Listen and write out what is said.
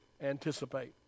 Anticipate